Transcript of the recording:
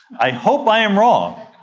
i hope i am wrong.